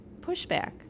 pushback